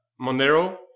Monero